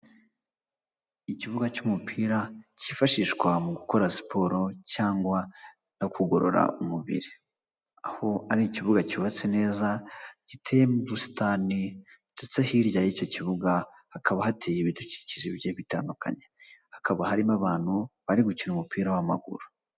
Ikibuga cy'umupira cyifashishwa mu gukora siporo cyangwa no kugorora umubiri, aho ar’ikibuga cyubatse neza giteyeho ubusitani, ndetse hirya y'icyo kibuga hakaba hateye ibidukikije bigiye bitandukanye, hakaba harimo abantu bari gukina umupira w'amaguru.